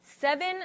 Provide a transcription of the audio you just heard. Seven